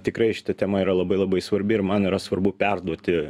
tikrai šita tema yra labai labai svarbi ir man yra svarbu perduoti